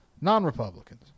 non-Republicans